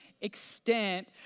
extent